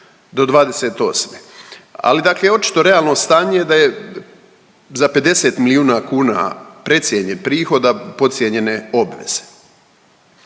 do '28., ali dakle očito realno stanje da je za 50 milijuna kuna precijenjen prihod, a podcijenjene obveze.